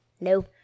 No